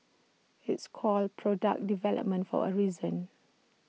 it's called 'product development' for A reason